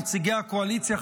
נציגי הקואליציה,